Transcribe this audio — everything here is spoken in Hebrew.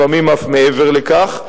לפעמים אף מעבר לכך.